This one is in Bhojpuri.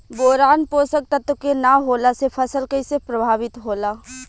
बोरान पोषक तत्व के न होला से फसल कइसे प्रभावित होला?